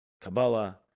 Kabbalah